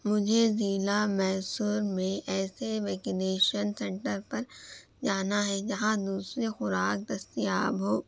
مجھے ضلع میسور میں ایسے ویکینیشن سینٹر پر جانا ہے جہاں دوسری خوراک دستیاب ہو